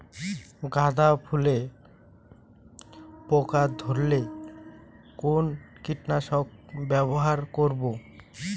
গাদা ফুলে পোকা ধরলে কোন কীটনাশক ব্যবহার করব?